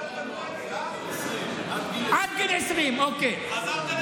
עד גיל 20. עד גיל